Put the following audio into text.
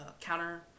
counter